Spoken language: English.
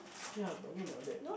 ya talking about that